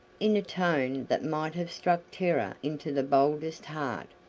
in a tone that might have struck terror into the boldest heart,